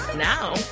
Now